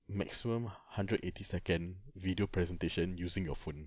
maximum hundred eighty second video presentation using your phone